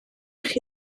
chi